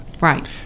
Right